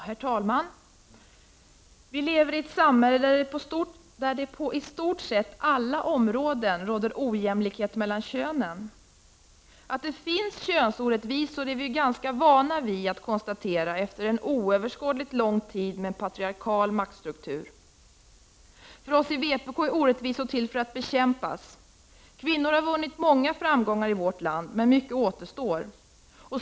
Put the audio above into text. Herr talman! Vi lever i ett samhälle där det på i stort sett alla områden råder ojämlikhet mellan könen. Vi är ganska vana vid att konstatera att det finns könsorättvisor efter en oöverskådligt lång tid med en patriarkal maktstruktur. För oss i vpk är orättvisor till för att bekämpas. Kvinnor har vunnit många framgångar i vårt land, men mycket återstår.